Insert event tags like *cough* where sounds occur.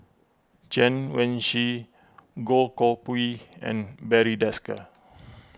Chen Wen Hsi Goh Koh Pui and Barry Desker *noise*